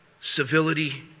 civility